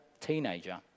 teenager